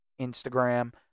Instagram